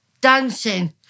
dancing